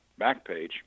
Backpage